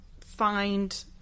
find